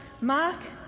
Mark